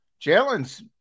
Jalen's